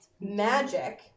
magic